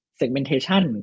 segmentation